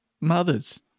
mothers